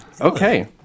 Okay